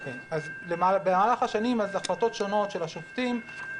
זה בניגוד למה שאמר קרעי.